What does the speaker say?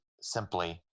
simply